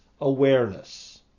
Awareness